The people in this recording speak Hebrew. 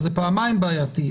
אז זה פעמיים בעייתי.